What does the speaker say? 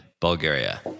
Bulgaria